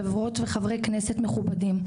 חברי וחברות כנסת מכובדים,